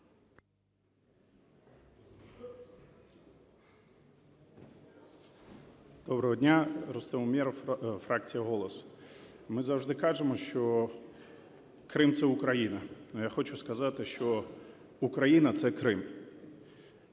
Добро дня! Рустем Умєров, фракція "Голос". Ми завжди кажемо, що Крим – це Україна. Але я хочу сказати, що Україна – це Крим.